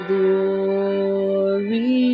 Glory